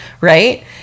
right